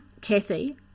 Kathy